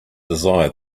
desire